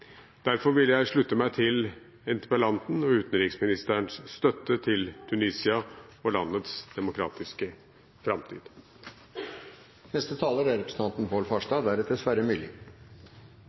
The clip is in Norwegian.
Derfor vil jeg slutte meg til interpellanten og utenriksministerens støtte til Tunisia og landets demokratiske framtid.